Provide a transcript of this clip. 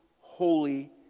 Holy